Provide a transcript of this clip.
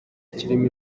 ikirimo